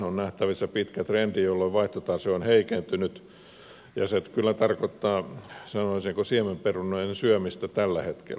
on nähtävissä pitkä trendi jolloin vaihtotase on heikentynyt ja se kyllä tarkoittaa sanoisinko siemenperunojen syömistä tällä hetkellä